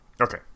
okay